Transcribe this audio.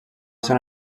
ser